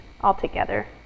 altogether